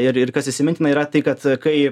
ir ir kas įsimintina yra tai kad kai